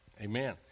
Amen